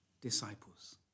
disciples